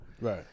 Right